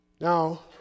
now